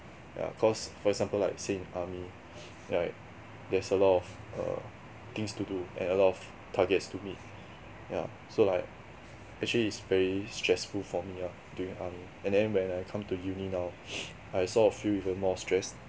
yeah because for example like say in army like there's a lot of things err to do and a lot of targets to meet yeah so like actually it's very stressful for me ah during army and then when I come to uni now I sort of feel even more stress